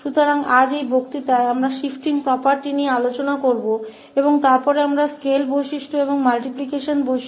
तो आज इस व्याख्यान में हम shifting property पर चर्चा करेंगे और फिर हमारे पास scale के गुणों और multiplication गुणों का परिवर्तन होगा